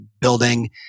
building